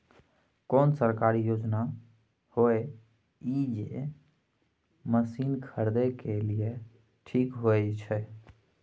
कोन सरकारी योजना होय इ जे मसीन खरीदे के लिए ठीक होय छै?